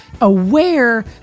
aware